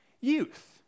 youth